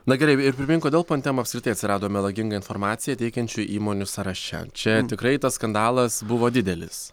na gerai ir primink kodėl pontem apskritai atsirado melagingą informaciją teikiančių įmonių sąraše čia tikrai tas skandalas buvo didelis